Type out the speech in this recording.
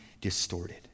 distorted